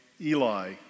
Eli